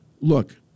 look